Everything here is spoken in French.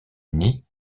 uni